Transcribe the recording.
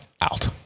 out